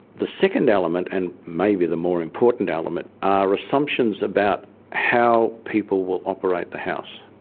the second element, and maybe the more important element, are assumptions about how people will operate the house.